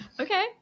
okay